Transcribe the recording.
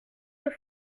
deux